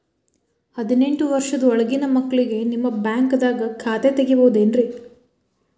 ಹದಿನೆಂಟು ವರ್ಷದ ಒಳಗಿನ ಮಕ್ಳಿಗೆ ನಿಮ್ಮ ಬ್ಯಾಂಕ್ದಾಗ ಖಾತೆ ತೆಗಿಬಹುದೆನ್ರಿ?